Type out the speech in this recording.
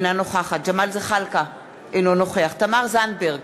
אינה נוכחת ג'מאל זחאלקה, אינו נוכח תמר זנדברג,